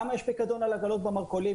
למה יש פיקדון על עגלות במרכולים?